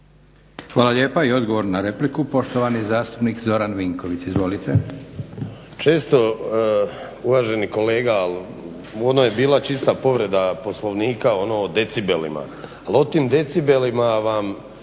Hvala lijepa. I odgovor na repliku, poštovani zastupnik Zoran Vinković. Izvolite. **Vinković, Zoran (HDSSB)** Često uvaženi kolega, ali ono je bila čista povreda Poslovnika ono o decibelima, ali o tim decibelima vam